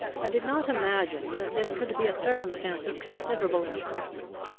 i did not imagine that this could be a circumstance of considerable importance.